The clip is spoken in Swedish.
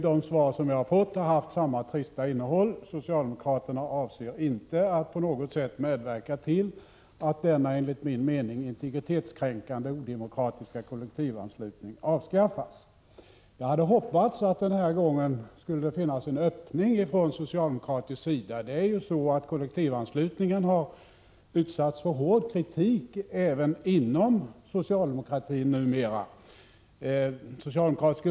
De svar som jag har fått har haft samma trista innehåll, dvs. att socialdemokraterna inte på något sätt avser att medverka till att denna enligt min mening integritetskränkande och odemokratiska kollektivanslutning avskaffas. Jag hade hoppats att det den här gången skulle finnas en öppning från socialdemokratisk sida. Kollektivanslutningen har ju utsatts för hård kritik, numera även inom socialdemokratin.